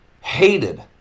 Hated